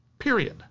period